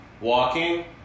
walking